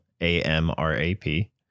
A-M-R-A-P